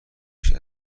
باشی